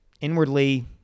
Inwardly